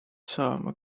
saama